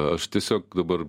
aš tiesiog dabar